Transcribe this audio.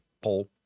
poll